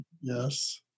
Yes